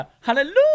Hallelujah